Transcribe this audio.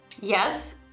Yes